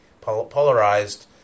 polarized